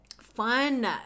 Fun